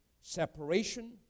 separation